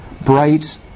bright